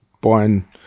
buying